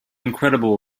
incredible